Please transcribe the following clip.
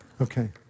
Okay